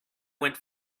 went